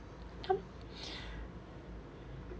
come